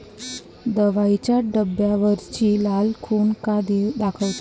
दवाईच्या डब्यावरची लाल खून का दाखवते?